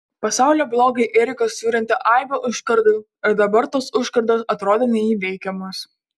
pasaulio blogiui erikas surentė aibę užkardų ir dabar tos užkardos atrodė neįveikiamos